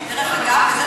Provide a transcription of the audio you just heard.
דרך אגב.